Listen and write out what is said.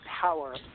power